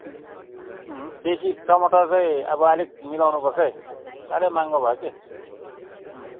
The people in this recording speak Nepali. अँ बेसी टमाटर चाहिँ अब अलिक मिलाउनु पर्छ है साह्रै महँगो भयो कि